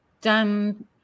done